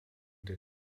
der